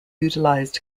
utilized